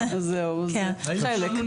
חלק.